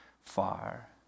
far